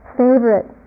favorite